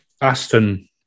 Aston